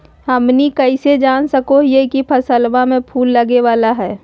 हमनी कइसे जान सको हीयइ की फसलबा में फूल लगे वाला हइ?